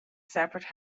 separate